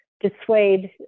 dissuade